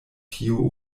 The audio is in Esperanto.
tio